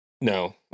No